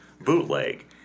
bootleg